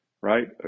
right